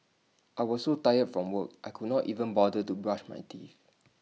I was so tired from work I could not even bother to brush my teeth